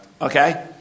Okay